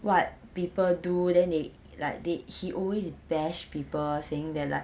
what people do then they like they he always bash people saying that like